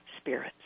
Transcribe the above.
spirits